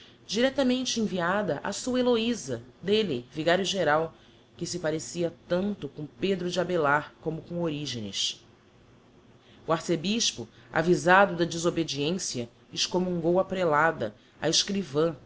directamente enviada á sua heloisa d'elle vigario geral que se parecia tanto com pedro de abeillard como com origenes o arcebispo avisado da desobediencia excommungou a prelada a escrivã